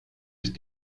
ist